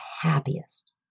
happiest